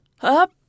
up